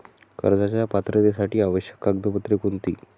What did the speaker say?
कर्जाच्या पात्रतेसाठी आवश्यक कागदपत्रे कोणती?